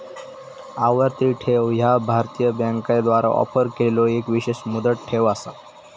आवर्ती ठेव ह्या भारतीय बँकांद्वारा ऑफर केलेलो एक विशेष मुदत ठेव असा